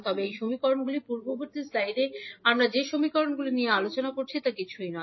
তবে এই সমীকরণগুলি পূর্ববর্তী স্লাইডে আমরা যে সমীকরণগুলি নিয়ে আলোচনা করেছি তা ছাড়া কিছুই নয়